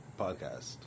podcast